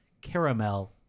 caramel